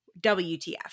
WTF